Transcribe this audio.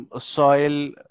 soil